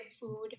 food